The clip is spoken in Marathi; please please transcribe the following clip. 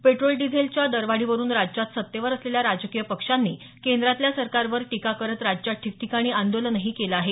पेट्रोल डिझेलच्या दरवाढीवरुन राज्यात सत्तेवर असलेल्या राजकीय पक्षांनी केंद्रातल्या सरकारवर टीका करत राज्यात ठिकठिकाणी आंदोलनही केलं आहे